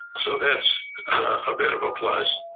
so that's a bit of a plus.